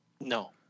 No